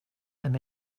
them